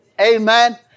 Amen